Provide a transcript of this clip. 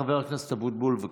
חבר הכנסת אבוטבול, בבקשה.